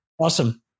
Awesome